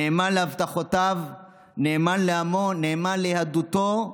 נאמן להבטחותיו, נאמן לעמו, נאמן ליהדותו,